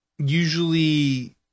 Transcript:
usually